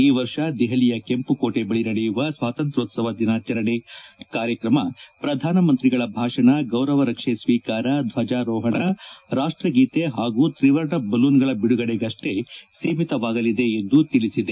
ಈ ವರ್ಷ ದೆಹಲಿಯ ಕೆಂಪುಕೋಟೆ ಬಳಿ ನಡೆಯುವ ಸ್ವಾತಂತ್ರೋತ್ಸವ ದಿನಾಚರಣೆ ಕಾರ್ಯಕ್ರಮ ಪ್ರಧಾನಮಂತ್ರಿಗಳ ಭಾಷಣ ಗೌರವ ರಕ್ಷೆ ಸ್ವೀಕಾರ ಧ್ವಜಾರೋಹಣ ರಾಷ್ಟಗೀತೆ ಹಾಗೂ ತ್ರಿವರ್ಣ ಬಲೂನ್ಗಳ ಬಿಡುಗಡೆಗಷ್ಟೇ ಸೀಮಿತವಾಗಲಿದೆ ಎಂದು ತಿಳಿಸಿದೆ